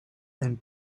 and